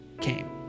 came